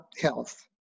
health